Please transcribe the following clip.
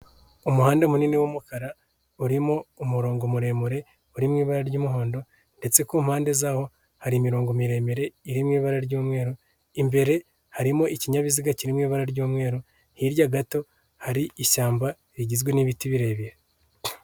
Umuhanda munini w'umukara urimo umurongo muremure uri mu ibara ry'umuhondo ndetse ku mpande zawo hari imirongo miremire iri mu ibara ry'umweru, imbere harimo ikinyabiziga kiri mu ibara ry'umweru, hirya gato hari ishyamba rigizwe n'ibiti birebire.